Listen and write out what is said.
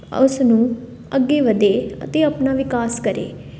ਉਸਨੂੰ ਅੱਗੇ ਵਧੇ ਅਤੇ ਆਪਣਾ ਵਿਕਾਸ ਕਰੇ